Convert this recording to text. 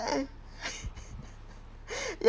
ya